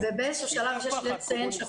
ובאיזה שהוא שלב אני חושבת שצריך לציין